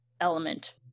element